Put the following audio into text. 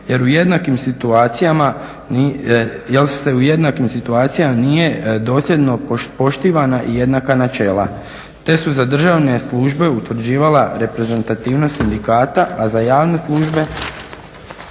se u jednakim situacijama nije dosljedno poštivana jednaka načela te su za državne službe utvrđivala reprezentativnost sindikata, a za javne službe